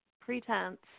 pretense